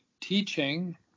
teaching